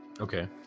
Okay